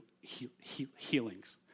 healings